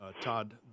Todd